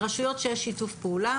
ברשויות שיש שיתוף פעולה